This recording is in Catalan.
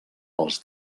els